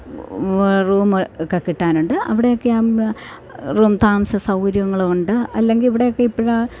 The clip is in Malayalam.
റൂമ് ഒക്കെ കിട്ടാനുണ്ട് അവിടെയൊക്കെ ആവുമ്പം റൂം താമസ സൗകര്യങ്ങളുണ്ട് അല്ലെങ്കിൽ ഇവിടെയൊക്കെ ഇപ്പഴ് ആ